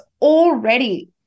already